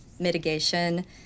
mitigation